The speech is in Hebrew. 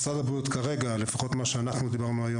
משרד הבריאות כרגע לפחות מה שאנחנו דיברנו היום